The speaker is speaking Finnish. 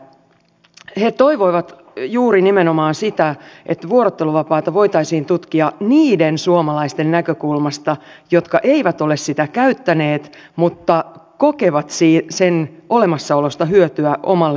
he toivoivat juuri nimenomaan sitä että vuorotteluvapaata voitaisiin tutkia niiden suomalaisten näkökulmasta jotka eivät ole sitä käyttäneet mutta kokevat sen olemassaolosta hyötyä omalle jaksamiselleen